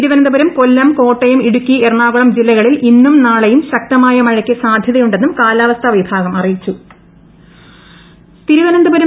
തിരുവനന്തപുരം കൊല്ലം കോട്ടയം ഇടുക്കി എറണാകുളം ജില്ലകളിൽ ഇന്നും നാളെയും ശക്തമായ മഴയ്ക്ക് സാധൃതയുണ്ടെന്നും കാലാവസ്ഥാ വിഭാഗം അറിയിച്ചു